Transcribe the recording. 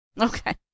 okay